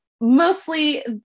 Mostly